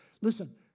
Listen